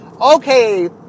Okay